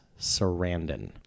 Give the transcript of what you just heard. Sarandon